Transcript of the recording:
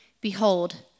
Behold